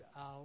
out